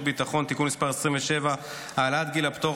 ביטחון (תיקון מס' 27) (העלאת גיל הפטור,